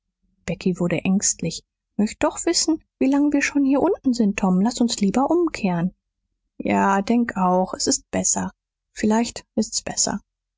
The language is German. becky wurde ängstlich möcht doch wissen wie lang wir schon hier unten sind tom laß uns lieber umkehren ja denk auch s ist besser vielleicht ist's besser